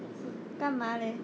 干嘛 leh